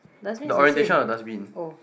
dustbin is the same oh